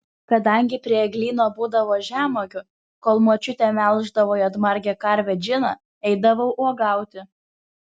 kadangi prie eglyno būdavo žemuogių kol močiutė melždavo juodmargę karvę džiną eidavau uogauti